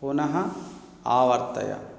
पुनः आवर्तय